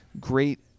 Great